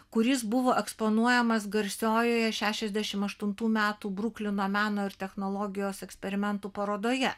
kuris buvo eksponuojamas garsiojoje šešiasdešimt aštuntų metų bruklino meno ir technologijos eksperimentų parodoje